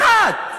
אחת.